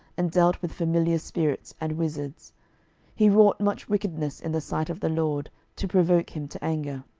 and dealt with familiar spirits and wizards he wrought much wickedness in the sight of the lord, to provoke him to anger.